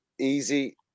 easy